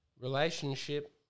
relationship